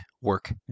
work